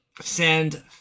Send